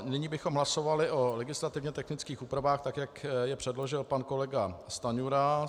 Nyní bychom hlasovali o legislativně technických úpravách, tak jak je předložil pan kolega Stanjura.